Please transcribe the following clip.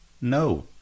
No